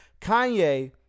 Kanye